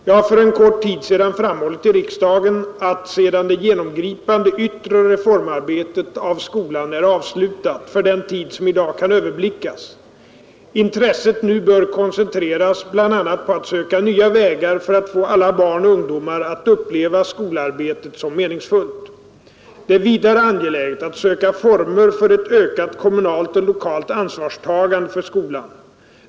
Jag har för en kort tid sedan framhållit i riksdagen att, sedan det genomgripande yttre reformarbetet av skolan är avslutat för den tid som i dag kan överblickas, intresset nu bör koncentreras bl.a. på att söka nya vägar för att få alla barn och ungdomar att uppleva skolarbetet som meningsfullt. Det är vidare angeläget att söka former för ett ökat kommunalt och lokalt ansvarstagande för skolan.